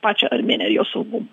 pačią armėniją ir jos saugumą